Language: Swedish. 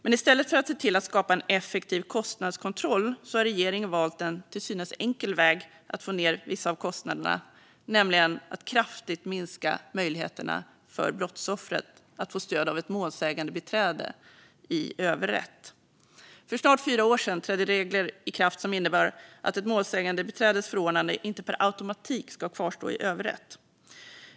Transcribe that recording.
Men i stället för att se till att skapa en effektiv kostnadskontroll har regeringen valt en till synes enkel väg för att få ned vissa av kostnaderna, nämligen att kraftigt minska möjligheterna för brottsoffret att få stöd av ett målsägandebiträde i överrätt. För snart fyra år sedan trädde regler i kraft som innebär att ett målsägandebiträdes förordnande inte per automatik ska kvarstå i överrätt.